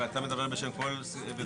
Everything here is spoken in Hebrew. רגע, ואתה מדבר בשם כל האופוזיציה?